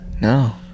No